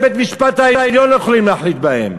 בית-המשפט העליון לא יכולים להחליט בהן.